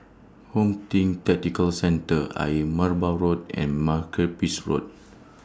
Home Team Tactical Centre Ayer Merbau Road and Makepeace Road